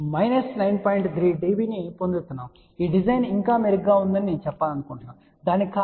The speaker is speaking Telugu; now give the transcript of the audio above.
3 dB ని పొందుతున్నాము ఈ డిజైన్ ఇంకా మెరుగ్గా ఉందని నేను చెప్పాలనుకుంటున్నాను దానికి కారణం అది